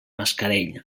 mascarell